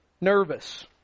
nervous